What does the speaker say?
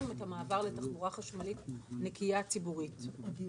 מי כמוני מעריכה את החשיבות של עבודת ועדות הכנסת שכוללת